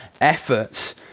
efforts